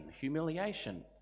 humiliation